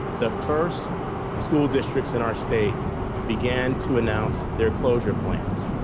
the first school district in our state began to announce their closure plans.